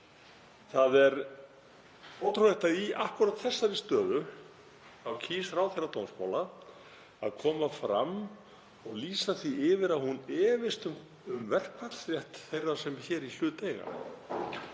Það er ótrúlegt að í akkúrat þessari stöðu kýs ráðherra dómsmála að koma fram og lýsa því yfir að hún efist um verkfallsrétt þeirra sem í hlut eiga.